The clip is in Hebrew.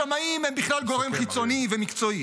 השמאים הם בכלל גורם חיצוני ומקצועי